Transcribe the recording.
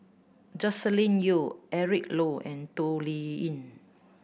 Joscelin Yeo Eric Low and Toh Liying